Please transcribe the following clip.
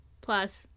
plus